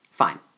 Fine